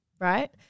right